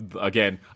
again